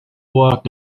walked